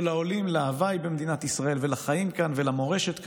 העולים להוויי במדינת ישראל ולחיים כאן ולמורשת כאן,